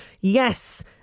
Yes